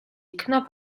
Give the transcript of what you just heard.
იქნა